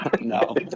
No